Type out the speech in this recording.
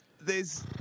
theres